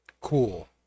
cool